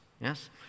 yes